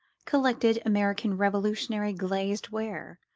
collected american revolutionary glazed ware,